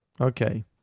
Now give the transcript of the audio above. Okay